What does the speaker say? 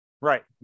right